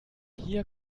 hier